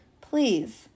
Please